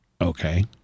Okay